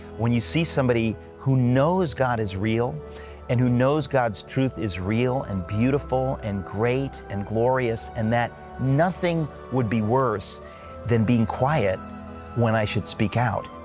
when you see somebody who knows god is real and who knows god's truth is real and beautiful and great and glorious, and that nothing would be worse than being quiet when i should speak out.